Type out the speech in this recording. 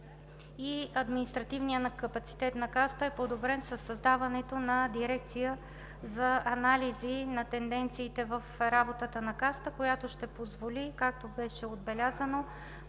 и административният капацитет на Касата е подобрен със създаването на Дирекция за анализи на тенденциите в работата на Касата, която ще позволи по-ефективен